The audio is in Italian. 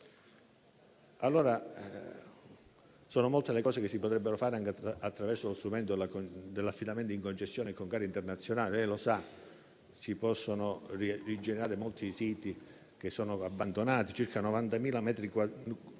Sono molte le cose che si potrebbero fare, anche attraverso lo strumento dell'affidamento in concessione con gare internazionali. Lei lo sa: si possono rigenerare molti siti abbandonati, circa 90.000 chilometri quadrati